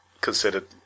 considered